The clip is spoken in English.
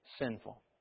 sinful